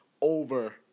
over